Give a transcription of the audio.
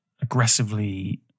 aggressively